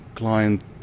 client